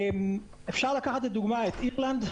אפשר לקחת כדוגמה את איסלנד.